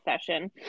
session